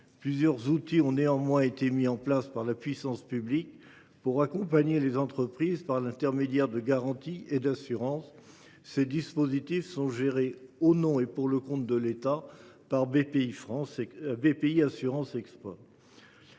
Plusieurs outils ont néanmoins été mis en place par la puissance publique pour accompagner les entreprises, par l’intermédiaire de garanties et d’assurances. Ces dispositifs sont gérés au nom et pour le compte de l’État par Bpifrance Assurance Export.